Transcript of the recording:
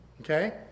Okay